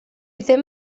ddim